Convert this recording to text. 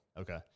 okay